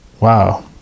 wow